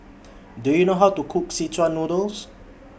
Do YOU know How to Cook Szechuan Noodle